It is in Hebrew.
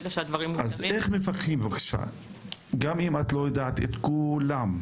אז איך מפקחים אם את לא יודעת את כולם?